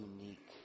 unique